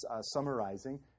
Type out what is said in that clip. summarizing